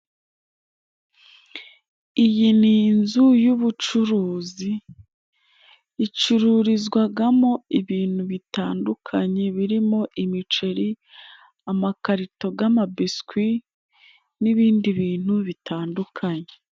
Iyi ni inzu y'ubucuruzi, icururizwagamo ibintu bitandukanye birimo:" Imiceri, amakarito g'amabiswi n'ibindi bintu bitandukanye".